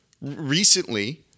recently